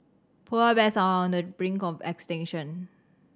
polar bears are on the brink of extinction